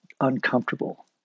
uncomfortable